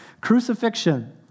crucifixion